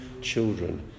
children